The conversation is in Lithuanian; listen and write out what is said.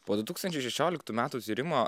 po du tūkstančiai šešioliktų metų tyrimo